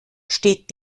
steht